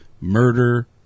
murder